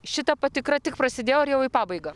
šita patikra tik prasidėjo ar jau į pabaigą